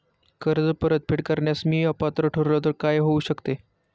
कर्ज परतफेड करण्यास मी अपात्र ठरलो तर काय होऊ शकते?